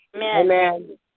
Amen